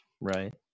right